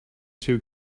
two